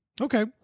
okay